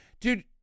Dude